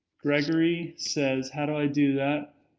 gregory says, how do i do that?